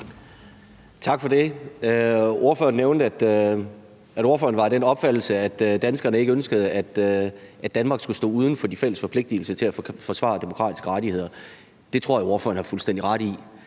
Tak for det. Ordføreren nævnte, at ordføreren var af den opfattelse, at danskerne ikke ønskede, at Danmark skulle stå uden for de fælles forpligtigelser til at forsvare demokratiske rettigheder. Det tror jeg ordføreren har fuldstændig ret i.